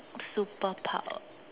superpower